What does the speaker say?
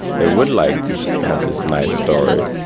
they would like to have this nice story,